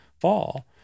fall